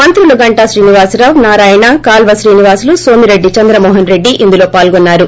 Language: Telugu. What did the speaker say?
మంత్రులు గంటా శ్రీనివాసరావు నారాయణ కాల్వ శ్రీనివాసులు నోమిరెడ్డి చెంద్రమోహన్రెడ్డి పాల్గొన్నారు